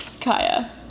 Kaya